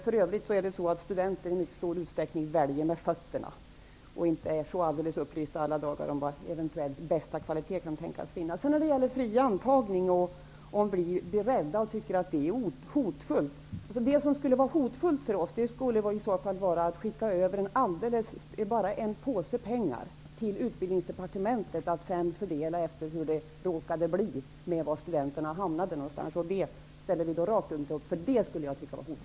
För övrigt väljer studenter i mycket stor utsträckning med fötterna. Det är få som är upplysta om var den bästa kvaliteten kan tänkas finnas. Stefan Kihlberg sade av vi socialdemokrater är rädda och tycker att det är hotfullt med fri intagning. Det hotfulla för oss är i så fall är att man bara skickar över en påse med pengar till Utbildningsdepartementet, som sedan får fördela dem efter var studenterna råkar hamna någonstans. Det ställer vi rakt inte upp på, därför att det tycker jag skulle vara hotfullt.